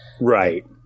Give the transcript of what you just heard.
Right